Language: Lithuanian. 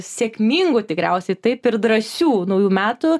sėkmingų tikriausiai taip ir drąsių naujų metų